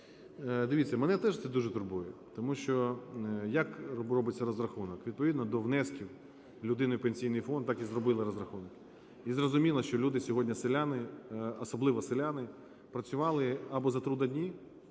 Дивіться, мене теж це дуже турбує. Тому що, як робиться розрахунок? Відповідно до внесків людини в Пенсійний фонд, так і зробили розрахунки. І зрозуміло, що люди сьогодні, селяни, особливо селяни, працювали або за трудодні,